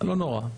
לא נורא.